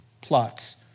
plots